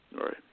Right